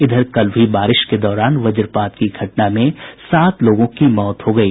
इधर कल हुई बारिश के दौरान वज्रपात की घटना में सात लोगों की मौत हो गयी